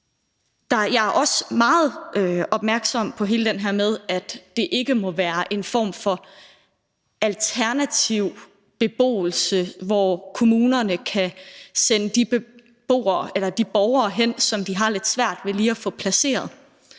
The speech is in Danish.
Jeg er også meget opmærksom på alt det her med, at det ikke må være en form for alternativ beboelse, hvor kommunerne kan sende de borgere hen, som de har lidt svært ved lige at få placeret.